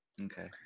okay